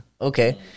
Okay